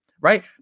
right